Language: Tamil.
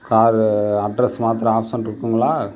கார் அட்ரெஸ் மாத்துகிற ஆப்ஷன்ருக்குங்ளா